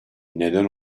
neden